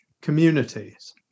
communities